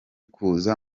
kuza